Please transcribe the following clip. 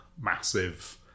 massive